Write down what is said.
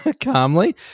calmly